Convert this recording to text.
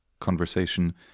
conversation